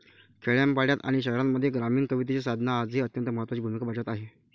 खेड्यापाड्यांत आणि शहरांमध्ये ग्रामीण कवितेची साधना आजही अत्यंत महत्त्वाची भूमिका बजावत आहे